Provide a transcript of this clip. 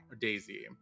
Daisy